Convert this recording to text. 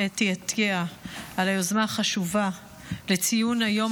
אתי עטייה על היוזמה החשובה לציון היום